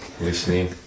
Listening